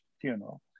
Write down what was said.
funeral